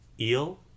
eel